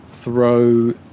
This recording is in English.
throw